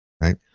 Right